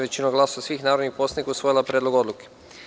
većinom glasova svih narodnih poslanika usvojila Predlog odluke.